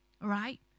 Right